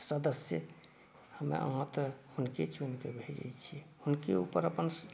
सदस्य हम्मे अहाँ तऽ हिनके चुनिक भेजे छियै हिनके ऊपर